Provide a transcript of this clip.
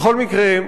בכל מקרה,